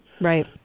Right